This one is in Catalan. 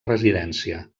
residència